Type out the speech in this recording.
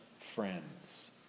friends